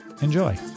Enjoy